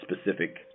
specific